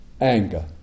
anger